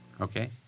Okay